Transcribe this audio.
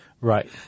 right